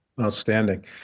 Outstanding